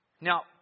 Now